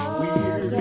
weird